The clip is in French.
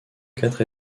quatre